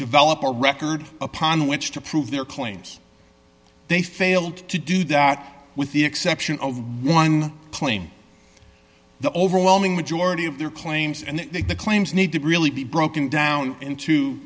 develop a record upon which to prove their claims they failed to do that with the exception of one claim the overwhelming majority of their claims and the claims need to really be broken down into